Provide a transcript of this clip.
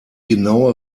genaue